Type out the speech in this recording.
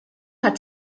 hat